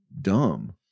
dumb